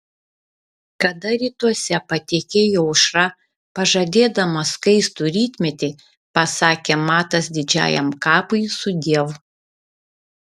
kada rytuose patekėjo aušra pažadėdama skaistų rytmetį pasakė matas didžiajam kapui sudiev